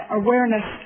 awareness